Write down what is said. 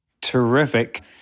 Terrific